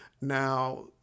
Now